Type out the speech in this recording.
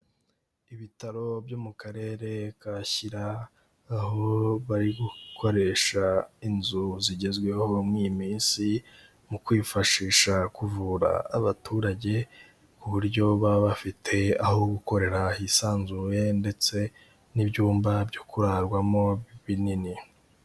Ibitaro byo mu Karere ka Shyira, aho bari gukoresha inzu zigezweho mu iyi minsi, mu kwifashisha kuvura abaturage ku buryo baba bafite aho gukorera hisanzuye ndetse n'ibyumba byo kurarwamo binini.